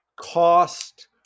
cost